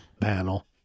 panel